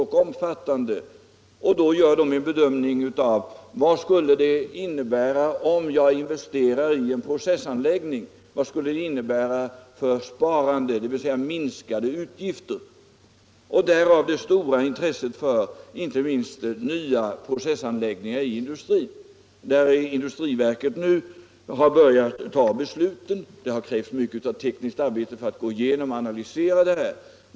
Då gör industrin en bedömning: Vad skulle det innebära om vi investerade i en processanläggning? Vilket sparande — dvs. minskade utgifter — skulle detta innebära? Därav kommer det stora intresset för inte minst nya processanläggningar inom industrin. Industriverket har nu börjat fatta besluten på detta område. Det har krävts mycket av tekniskt arbete för att gå igenom och analysera det hela.